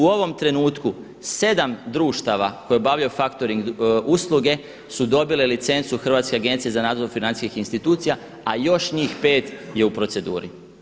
U ovom trenutku sedam društava koje obavljaju faktoring usluge su dobile licencu Hrvatske agencije za nadzor financijskih institucija, a još njih pet je u proceduri.